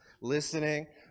listening